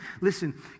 listen